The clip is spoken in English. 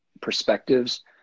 perspectives